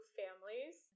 families